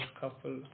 couple